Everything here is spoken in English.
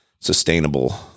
sustainable